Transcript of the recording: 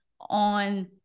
on